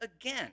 again